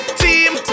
team